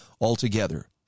altogether